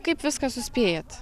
kaip viską suspėjat